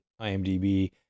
imdb